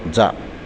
जा